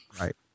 Right